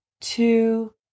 two